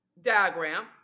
diagram